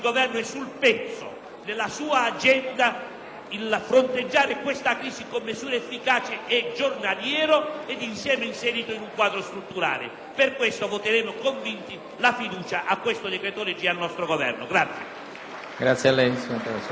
nella sua agenda per fronteggiare questa crisi con misure efficaci è giornaliero e inserito in un quadro strutturale. Per questo voteremo convinti la fiducia su questo decreto-legge e al nostro Governo.